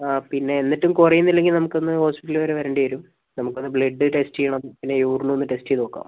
പിന്നെ എന്നിട്ടും കുറയുന്നില്ലെങ്കിൽ നമുക്കൊന്ന് ഹോസ്പിറ്റൽ വരെ വരേണ്ടി വരും നമുക്കൊന്ന് ബ്ലഡ്ഡ് ടെസ്റ്റ് ചെയ്യണം പിന്നെ യൂറിനൊന്ന് ടെസ്റ്റ് ചെയ്ത് നോക്കാം